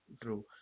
True